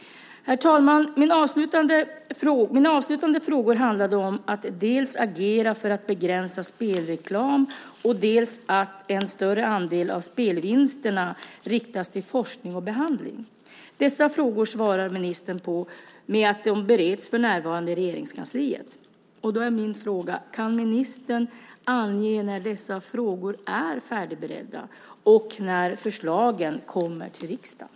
Herr talman! Mina avslutande frågor handlade om att dels agera för att begränsa spelreklam, dels att se till att en större andel av spelvinsterna riktas till forskning och behandling. Dessa frågor besvarar ministern med att de för närvarande bereds i Regeringskansliet. Då är min fråga: Kan ministern ange när dessa frågor är färdigberedda och när förslagen kommer till riksdagen?